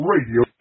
Radio